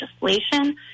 legislation